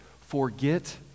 Forget